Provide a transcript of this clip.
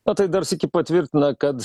na tai dar sykį patvirtina kad